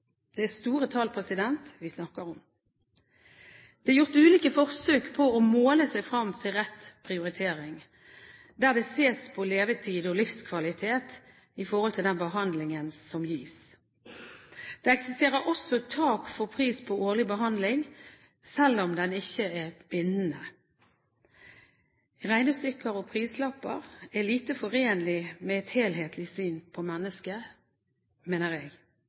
Det er store tall vi snakker om. Det er gjort ulike forsøk på å måle seg frem til rett prioritering, der det ses på levetid og livskvalitet i forhold til den behandlingen som gis. Det eksisterer også tak for pris på årlig behandling, selv om det ikke er bindende. Regnestykker og prislapper er lite forenlig med et helhetlig syn på mennesket, mener jeg. Alle mennesker har uendelig verdi, uavhengig av funksjonsevne og alder. Jeg